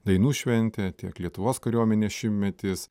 dainų šventė tiek lietuvos kariuomenės šimtmetis